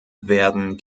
werden